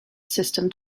system